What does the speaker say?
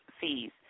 fees